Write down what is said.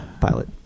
Pilot